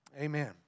Amen